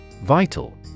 Vital